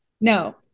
No